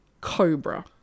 cobra